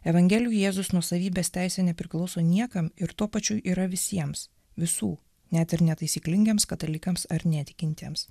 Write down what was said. evangelijų jėzus nuosavybės teise nepriklauso niekam ir tuo pačiu yra visiems visų net ir netaisyklingiems katalikams ar netikintiems